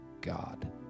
God